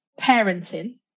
parenting